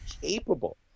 capable